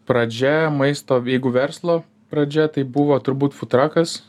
pradžia maisto jeigu verslo pradžia tai buvo turbūt futrakas